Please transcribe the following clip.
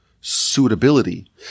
suitability